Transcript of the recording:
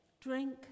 Drink